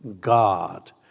God